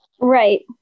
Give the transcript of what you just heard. Right